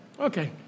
Okay